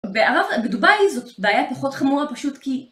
בדובאי זאת בעיה פחות חמורה פשוט כי...